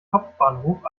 kopfbahnhof